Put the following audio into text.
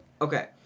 Okay